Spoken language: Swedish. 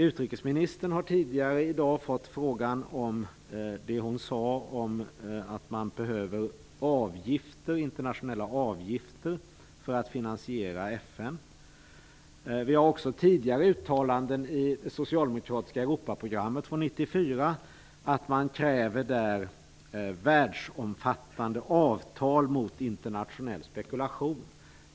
Utrikesministern har tidigare i dag fått en fråga med anledning av det hon sade om att man behöver internationella avgifter för att finansiera Vi har också tidigare uttalanden i det socialdemokratiska Europaprogrammet från 1994, där man kräver världsomfattande avtal mot internationell spekulation.